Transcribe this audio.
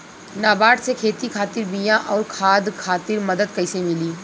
नाबार्ड से खेती खातिर बीया आउर खाद खातिर मदद कइसे मिली?